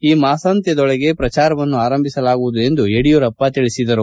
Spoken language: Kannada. ಈ ಮಾಸಾಂತ್ಯದೊಳಗೆ ಪ್ರಚಾರವನ್ನು ಆರಂಭಿಸಲಾಗುವುದು ಎಂದು ಯಡಿಯೂರಪ್ಪ ತಿಳಿಸಿದರು